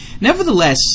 Nevertheless